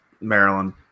Maryland